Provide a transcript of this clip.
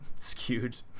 skewed